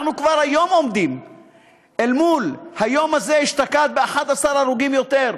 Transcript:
אנחנו כבר היום עומדים אל מול אותו תאריך אשתקד ב-11 הרוגים יותר.